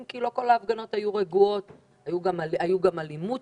אם כי לא כל ההפגנות היו רגועות, הייתה גם אלימות